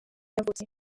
yavutse